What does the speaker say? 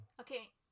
Okay